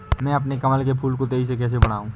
मैं अपने कमल के फूल को तेजी से कैसे बढाऊं?